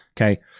Okay